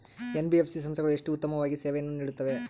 NBFC ಸಂಸ್ಥೆಗಳು ಎಷ್ಟು ಉತ್ತಮವಾಗಿ ಸೇವೆಯನ್ನು ನೇಡುತ್ತವೆ?